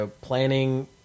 planning